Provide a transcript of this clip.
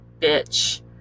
bitch